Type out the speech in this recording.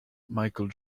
michael